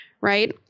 right